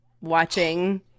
watching